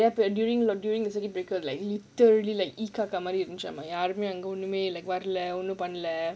during the during the circuit breaker like literally like மாதிரி இருந்துச்சு ஆனா:maadhiri irunthuchu aanaa like ஒண்ணுமே இல்ல:onnumae illa